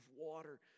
water